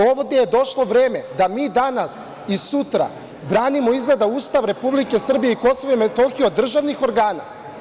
Ovde je došlo vreme da mi danas i sutra branimo, izgleda, Ustav Republike Srbije i Kosova i Metohije od državnih organa.